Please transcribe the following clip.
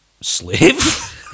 Slave